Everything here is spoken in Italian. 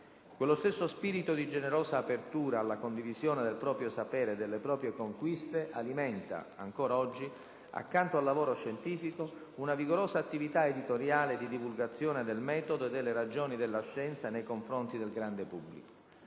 Con lo stesso spirito di generosa apertura alla condivisione del proprio sapere e delle proprie conquiste, ella alimenta ancora oggi, accanto al lavoro scientifico, una vigorosa attività editoriale di divulgazione del metodo e delle ragioni della scienza nei confronti del grande pubblico.